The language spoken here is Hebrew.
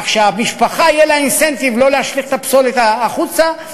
כך שלמשפחה יהיה אינסנטיב שלא להשליך את הפסולת החוצה,